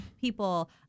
people